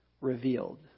revealed